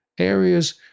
areas